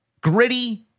gritty